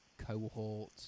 cohort